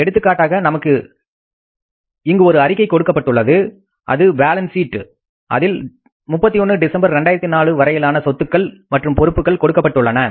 எடுத்துக்காட்டாக நமக்கு எங்கு ஒரு அறிக்கை கொடுக்கப்பட்டுள்ளது அது பேலன்ஸ் சீட் அதில் 31 டிசம்பர் 2004 வரையிலான அஸெட்ஸ் அண்ட் லைபிலிட்டிஸ் கொடுக்கப்பட்டுள்ளன